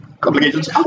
complications